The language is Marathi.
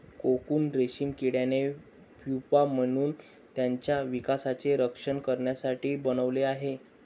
कोकून रेशीम किड्याने प्युपा म्हणून त्याच्या विकासाचे रक्षण करण्यासाठी बनवले आहे